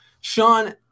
Sean